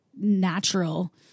natural